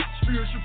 Spiritual